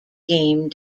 game